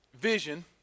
Vision